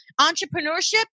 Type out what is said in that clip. entrepreneurship